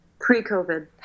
Pre-COVID